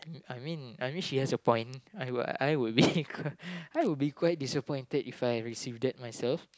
I mean I mean she has a point I will I will be I will be quite disappointed If I receive that myself